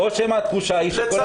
או שהתחושה היא שכל